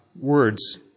words